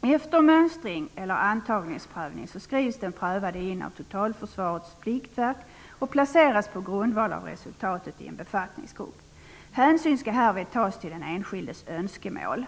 Efter mönstring eller antagningsprövning skrivs den prövade in i totalförsvarets pliktverk och placeras på grundval av resultatet i en befattningsgrupp. Hänsyn skall härvid tas till den enskildes önskemål.